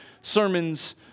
sermons